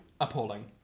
appalling